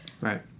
Right